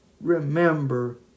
remember